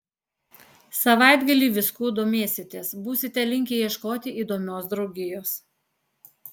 savaitgalį viskuo domėsitės būsite linkę ieškoti įdomios draugijos